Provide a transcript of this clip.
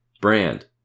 brand